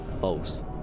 false